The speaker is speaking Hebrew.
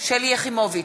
שלי יחימוביץ,